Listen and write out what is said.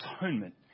atonement